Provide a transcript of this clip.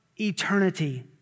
eternity